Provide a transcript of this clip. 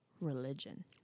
religion